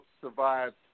Survived